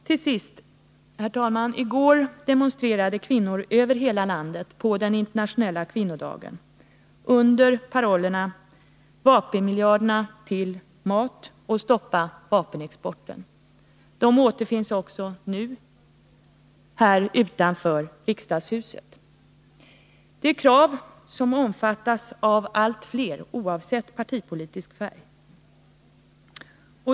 På den internationella kvinnodagen i går demonstrerade kvinnor över hela landet under parollerna Vapenmiljarderna till mat och Stoppa vapenexporten. Demonstrerande kvinnor återfinns här utanför riksdagshuset också nu. De krav kvinnorna ställer är sådana som omfattas av allt fler, oavsett partipolitisk färg.